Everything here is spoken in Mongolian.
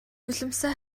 нулимсаа